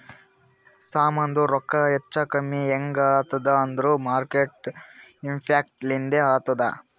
ಸಾಮಾಂದು ರೊಕ್ಕಾ ಹೆಚ್ಚಾ ಕಮ್ಮಿ ಹ್ಯಾಂಗ್ ಆತ್ತುದ್ ಅಂದೂರ್ ಮಾರ್ಕೆಟ್ ಇಂಪ್ಯಾಕ್ಟ್ ಲಿಂದೆ ಆತ್ತುದ